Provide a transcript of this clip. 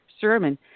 sermon